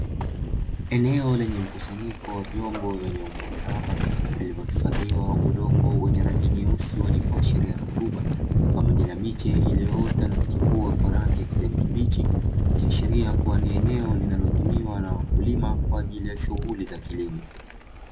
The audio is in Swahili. Eneo lenye mkusanyiko wa vyombo vyenye umbo mraba, vilivyohifadhiwa udongo wenye rangi nyeusi wenye kuashiria rutuba, pamoja na miche iliyoota na kuchipua kwa rangi ya kijani kibichi, ikiashiria kuwa ni eneo linalotumiwa na wakulima kwa ajili ya shughuli za kilimo.